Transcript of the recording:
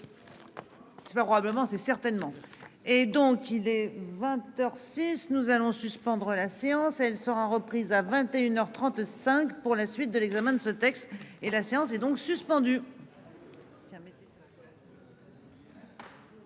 Il va probablement c'est certainement et donc il est 20h 6 nous allons suspendre la séance elle sera reprise à 21h 35 pour la suite de l'examen de ce texte et la séance est donc suspendu.